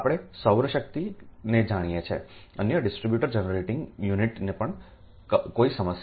આપણે સૌર શક્તિ ને જાણીએ છીએ અન્ય ડિસ્ટ્રિબ્યુટર જનરેટિંગ યુનિટને પણ કોઈ સમસ્યા નથી